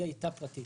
היא הייתה פרטית.